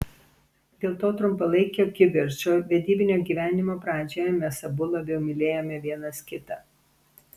dėl to trumpalaikio kivirčo vedybinio gyvenimo pradžioje mes abu labiau mylėjome vienas kitą